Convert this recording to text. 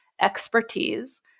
expertise